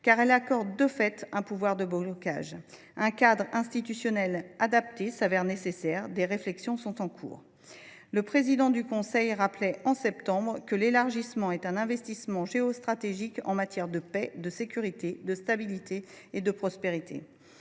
car elle accorde, de fait, un pouvoir de blocage. Un cadre institutionnel adapté s’avère nécessaire. Des réflexions sont en cours. Le président du Conseil rappelait, en septembre dernier, que l’élargissement est « un investissement géostratégique en matière de paix, de sécurité, de stabilité et de prospérité